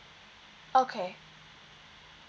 okay